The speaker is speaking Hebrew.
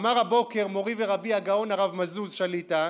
אמר הבוקר מורי ורבי הגאון הרב מאזוז שליט"א,